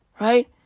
right